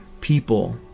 people